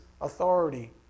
authority